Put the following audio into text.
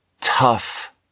tough